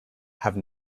have